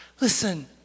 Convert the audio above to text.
Listen